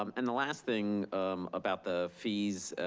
um and the last thing about the fees.